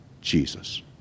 Jesus